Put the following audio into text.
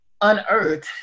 unearthed